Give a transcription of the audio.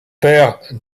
père